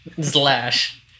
Slash